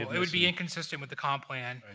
it would be inconsistent with the comp plan.